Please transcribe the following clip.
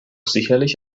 sicherlich